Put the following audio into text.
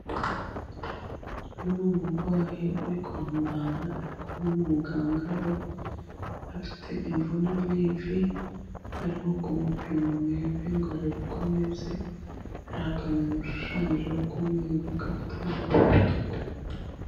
Uyu ni umurwayi uri kwa muganga ari kumwe n'umuganga we, afite imvune mu ivi arimo kumupima mu ivi ngo arebe uko ameze, hari akantu yamushushanyijeho k'umweru gafite amabara atukura.